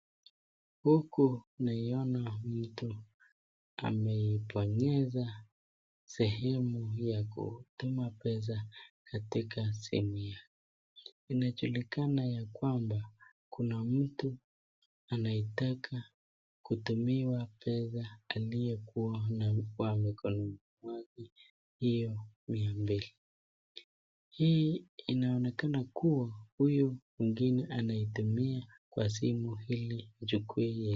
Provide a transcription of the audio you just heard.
Huku naiona mtu ameibonyeza sehemu ya kutuma pesa katika simu yake ,inajulikana ya kwamba kuna mtu anayetaka kutumiwa pesa aliyokuwa kwa mkono yake hio mia mbili, hii inaonekana kuwa huyu mwingine anaitumia kwa simu ili achukue yeye.